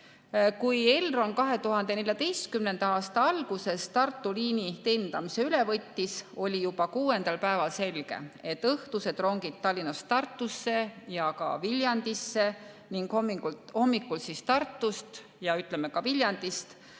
Kui Elron 2014. aasta alguses Tartu liini teenindamise üle võttis, oli juba kuuendal päeval selge, et õhtused rongid Tallinnast Tartusse ja ka Viljandisse ning hommikul Tartust ja Viljandist